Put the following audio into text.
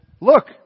look